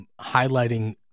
highlighting